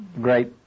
Great